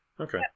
Okay